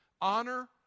honor